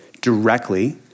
directly